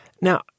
Now